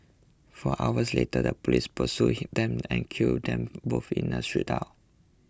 four hours later the police pursued him them and killed them both in a shootout